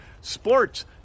Sports